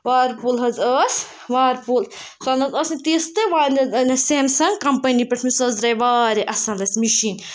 whirlpool حظ ٲس وارپوٗل سۄ نہ حظ ٲس نہٕ تِژھ تہِ وۄنۍ حظ أنۍ اَسہِ سیمسنٛگ کَمپٔنی پٮ۪ٹھ مےٚ سۄ حظ درٛاے واریاہ اَصٕل اَسہِ مِشیٖن